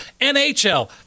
NHL